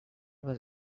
was